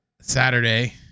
Saturday